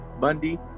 Bundy